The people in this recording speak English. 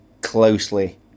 closely